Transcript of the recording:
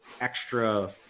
extra